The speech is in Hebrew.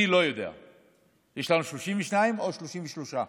יש לנו 32 או 33?